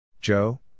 Joe